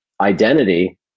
identity